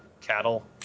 cattle